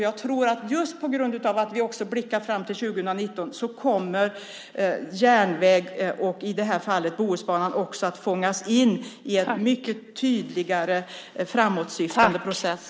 Jag tror att just på grund av att vi blickar fram till 2019 kommer järnvägen, i det här fallet Bohusbanan, att fångas in i en mycket tydligare framåtsyftande process.